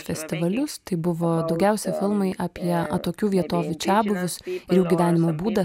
festivalius tai buvo daugiausia filmai apie atokių vietovių čiabuvius ir jų gyvenimo būdą